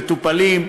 מטופלים.